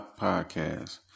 podcast